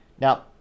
Now